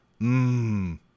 Mmm